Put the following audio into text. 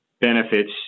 benefits